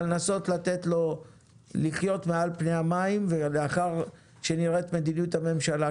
לנסות לתת לו לחיות מעל פני המים לאחר שנראה את מדיניות הממשלה.